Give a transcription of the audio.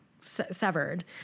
severed